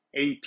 ap